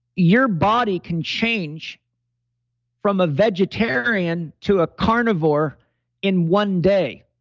your body can change from a vegetarian to a carnivore in one day.